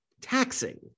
taxing